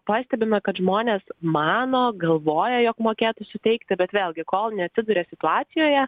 pastebime kad žmonės mano galvoja jog mokėtų suteikti bet vėlgi kol neatsiduria situacijoje